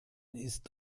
ist